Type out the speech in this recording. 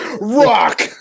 Rock